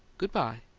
good-bye.